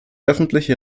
öffentliche